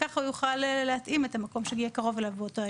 וככה הוא יוכל להתאים את המקום שיהיה קרוב אליו באותו היום.